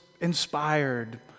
inspired